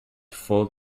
full